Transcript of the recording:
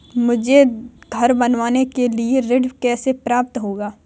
मुझे घर बनवाने के लिए ऋण कैसे प्राप्त होगा?